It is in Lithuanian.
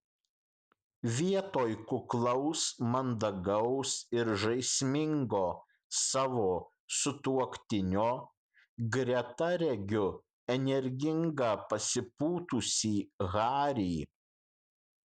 vietoj kuklaus mandagaus ir žaismingo savo sutuoktinio greta regiu energingą pasipūtusį harį